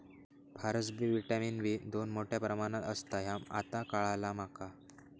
फारसबी vitamin B दोन मोठ्या प्रमाणात असता ह्या आता काळाला माका